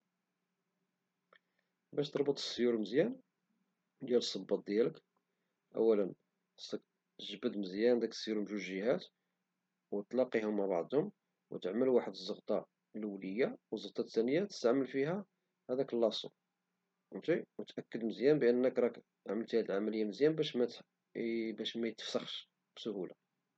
باش تربط السيور مزيال ديال السباط ديالك اولا خصك تجبد مزيال داك السيور من جوج جيهات او تلاقيها مع بعضهم او تعمل واحد الزغطة اللولية والزغطة الثانية تستعمل فيها هداك الاصو فهمتي او تأكد مزيان راك انك عملتي هاد العملية مزيان باش ميتفسخش بسهولة